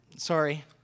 Sorry